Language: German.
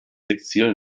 exil